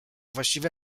właściwie